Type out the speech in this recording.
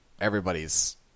everybody's